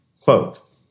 Quote